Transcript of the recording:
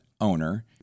owner